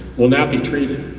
will not be treated.